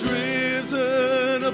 risen